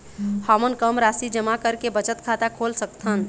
हमन कम राशि जमा करके बचत खाता खोल सकथन?